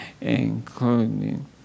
including